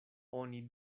oni